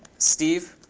steve.